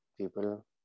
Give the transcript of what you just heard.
People